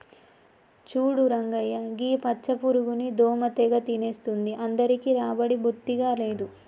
చూడు రంగయ్య గీ పచ్చ పురుగుని దోమ తెగ తినేస్తుంది అందరికీ రాబడి బొత్తిగా లేదు